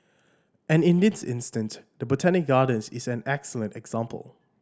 and in this instant the Botanic Gardens is an excellent example